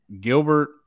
Gilbert